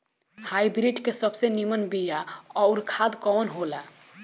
Hybrid के सबसे नीमन बीया अउर खाद कवन हो ला?